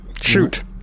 Shoot